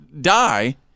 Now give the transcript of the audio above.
die